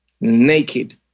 naked